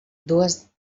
dues